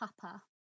Papa